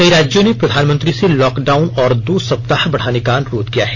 कई राज्यों ने प्रधानमंत्री से लॉकडाउन और दो सप्ताह बढ़ाने का अनुरोध किया है